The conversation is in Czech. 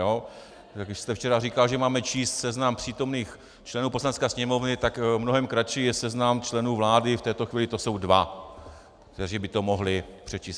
Vy jste včera říkal, že máme číst seznam přítomných členů Poslanecké sněmovny, tak mnohem kratší je seznam členů vlády, v této chvíli to jsou dva, kteří by to mohli přečíst.